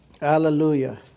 Hallelujah